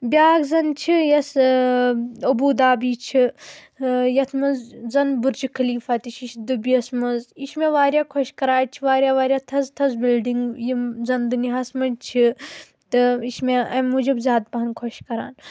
بیٛاکھ زَن چھِ یۄس ابوٗ دابی چھِ یَتھ منٛز زن بُرج خلیٖفہ تہِ چھُ یہِ چھِ دُبِیَس منٛز یہِ چھِ مےٚ واریاہ خۄش کَران اَتہِ چھِ واریاہ واریاہ تھٔز تھٔز بِلڈِنٛگ یِم زن دُنیاہس منٛز چھِ تہٕ یہِ چھِ مےٚ اَمہِ موٗجوٗب زیادٕ پہن خۄش کَران